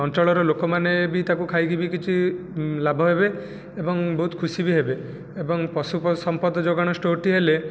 ଅଞ୍ଚଳର ଲୋକମାନେ ବି ତାକୁ ଖାଇକି ବି କିଛି ଲାଭ ହେବେ ଏବଂ ବହୁତ ଖୁସି ବି ହେବେ ଏବଂ ପଶୁ ସମ୍ପଦ ଯୋଗାଣ ଷ୍ଟୋର୍ଟି ହେଲେ